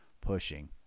pushing